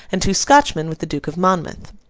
and two scotchmen with the duke of monmouth.